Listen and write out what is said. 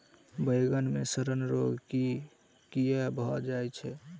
बइगन मे सड़न रोग केँ कीए भऽ जाय छै?